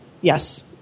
Yes